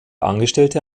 angestellte